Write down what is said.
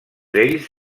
ells